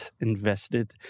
invested